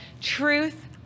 Truth